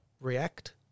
react